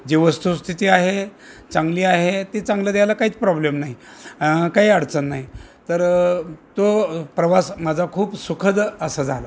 जी वस्तुस्थिती आहे चांगली आहे ती चांगलं द्यायला काहीच प्रॉब्लेम नाही काही अडचण नाही तर तो प्रवास माझा खूप सुखद असा झाला